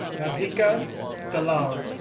radhika dalal,